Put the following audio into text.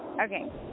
okay